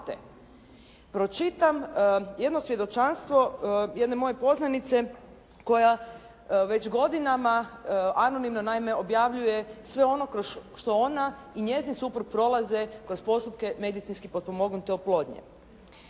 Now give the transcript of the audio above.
pročitam jedno svjedočanstvo jedne moje poznanice koja već godinama anonimno naime objavljuje sve ono kroz što ona i njezin suprug prolaze kroz postupke medicinski potpomognute oplodnje.